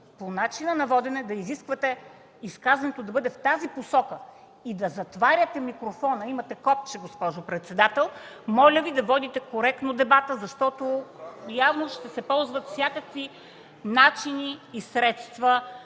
по начина на водене, да изисквате изказването да бъде в тази посока и да затваряте микрофона – имате копче, госпожо председател! Моля Ви да водите коректно дебата, защото явно ще се ползват всякакви начини и средства,